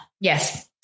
Yes